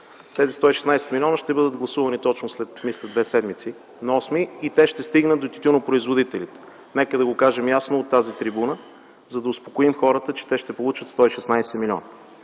тези 116 милиона ще бъдат гласувани точно след, мисля, две седмици – на 8-ми, и те ще стигнат до тютюнопроизводителите. Нека да го кажем ясно от тази трибуна, за да успокоим хората, че те ще получат 116 милиона.